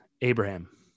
Abraham